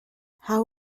how